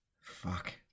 Fuck